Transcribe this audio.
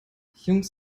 jungs